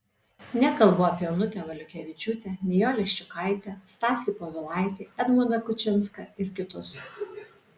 nekalbu apie onutę valiukevičiūtę nijolę ščiukaitę stasį povilaitį edmundą kučinską ir kitus